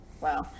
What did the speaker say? Wow